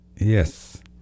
Yes